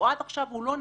שעד עכשיו הוא לא נפתח,